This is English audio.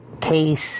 case